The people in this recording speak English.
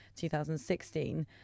2016